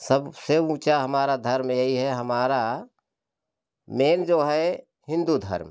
सबसे ऊंचा हमारा धर्म यही है हमारा मेन जो है हिंदू धर्म